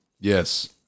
Yes